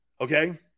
Okay